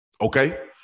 Okay